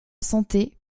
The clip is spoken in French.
santé